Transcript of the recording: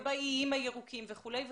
באיים הירוקים וכולי,